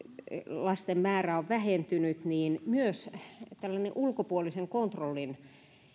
lasten määrä on vähentynyt niin myös tällaisen ulkopuolisen kontrollin